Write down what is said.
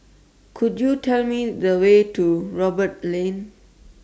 Could YOU Tell Me The Way to Roberts Lane